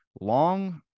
long